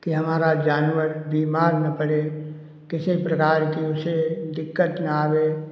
कि हमारा जानवर बीमार न पड़े किसी प्रकार की उसे दिक्कत न आए